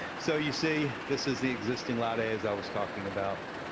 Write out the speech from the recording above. so, you see, this is the existing lot a as i was talking about.